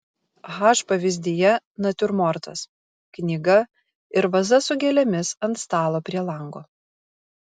h pavyzdyje natiurmortas knyga ir vaza su gėlėmis ant stalo prie lango